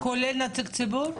כולל נציג ציבור?